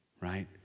right